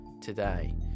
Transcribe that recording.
today